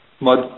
mud